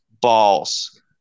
balls